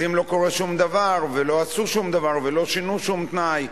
אז אם לא קורה שום דבר ולא עשו שום דבר ולא שינו שום תנאי,